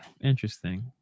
Interesting